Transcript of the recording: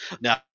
Now